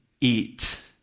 eat